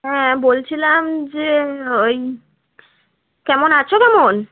হ্যাঁ বলছিলাম যে ওই কেমন আছো কেমন